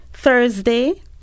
Thursday